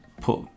put